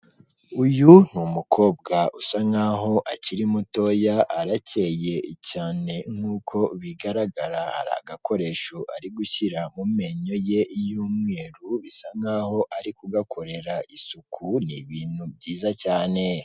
Uyu ni umukobwa usa nk'aho akiri mutoya, arakeye cyane, nk'uko bigaragara hari agakoresho ari gushyira mu menyo ye y'umweru, bisa nk'aho ari kuyakorera isuku, ni ibintu byiza cyane.